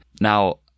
Now